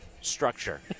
structure